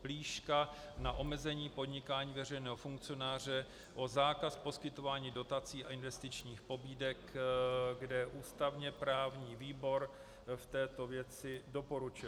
Plíška na omezení podnikání veřejného funkcionáře, o zákaz poskytování dotací a investičních pobídek, kde ústavněprávní výbor v této věci doporučil.